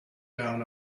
down